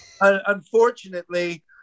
Unfortunately